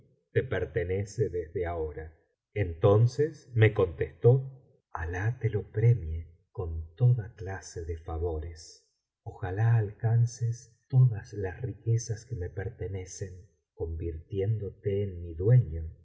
te pertenece desde ahora entonces me contestó alah telo premie con toda clase de favores ojalá alean biblioteca valenciana generalitat valenciana historia del jorobado l ees todas las riquezas que me pertenecen convirtiéndote en mi dueño